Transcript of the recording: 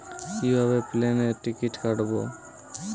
কিভাবে প্লেনের টিকিট কাটব?